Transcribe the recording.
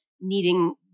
needing